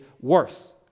worse